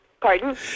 pardon